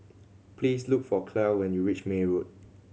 please look for Clell when you reach May Road